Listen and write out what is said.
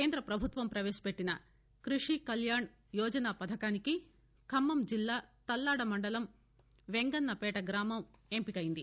కేంద్ర ప్రభుత్వం పవేశపెట్టిన క్బషి కల్యాణ్ యోజన పథకానికి ఖమ్మం జిల్లా తల్లడ మండలం వెంగన్నపేట గ్రామం ఎంపికైంది